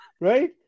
Right